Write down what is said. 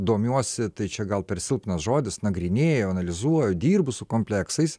domiuosi tai čia gal per silpnas žodis nagrinėju analizuoju dirbu su kompleksais